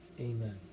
Amen